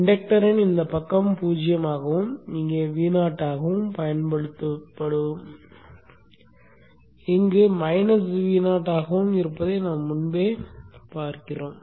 இண்டக்டரின் இந்தப் பக்கம் 0 ஆகவும் இங்கே Vo ஆகவும் பயன்படுத்தப்படுவது Vo ஆகவும் இருப்பதை நாம் முன்பே பார்த்தோம்